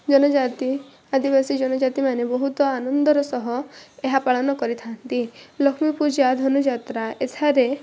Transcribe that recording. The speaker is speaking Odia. ଜନଜାତି ଆଦିବାସୀ ଜନଜାତି ମାନେ ବହୁତ ଆନନ୍ଦର ସହ ଏହା ପାଳନ କରିଥାନ୍ତି ଲକ୍ଷ୍ମୀପୂଜା ଧନୁଯାତ୍ରା ଏଠାରେ